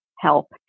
Help